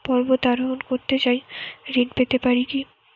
পর্বত আরোহণ করতে চাই ঋণ পেতে পারে কি?